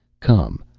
come,